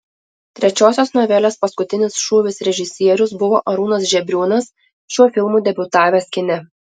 trečiosios novelės paskutinis šūvis režisierius buvo arūnas žebriūnas šiuo filmu debiutavęs kine